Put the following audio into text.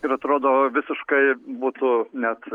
ir atrodo visiškai būtų net